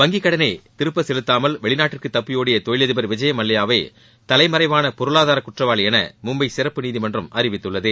வங்கிக் கடனை திரும்ப செலுத்தாமல் வெளிநாட்டிற்கு தப்பியோடிய தொழிலதிபர் விஜய்மல்லையாவை தலைமறைவான பொருளாதார குற்றவாளி என மும்பை சிறப்பு நீதிமன்றம் அறிவித்துள்ளது